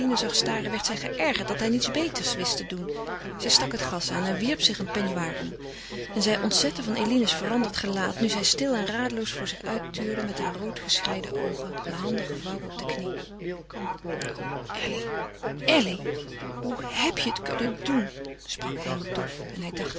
staren werd zij geërgerd dat hij niets beters wist te doen zij stak het gas aan en wierp zich een peignoir om en zij ontzette van eline's veranderd gelaat nu zij stil en radeloos voor zich uit tuurde met hare roodgeschreide oogen de handen gevouwen op de knie o elly elly hoe heb je het kunnen doen sprak henk dof en hij dacht